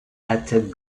attack